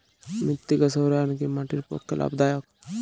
মৃত্তিকা সৌরায়ন কি মাটির পক্ষে লাভদায়ক?